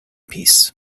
piece